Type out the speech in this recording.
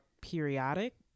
periodic